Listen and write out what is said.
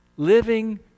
Living